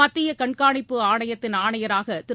மத்திய கண்காணிப்பு ஆணையத்தின் ஆணையராக திரு